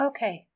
Okay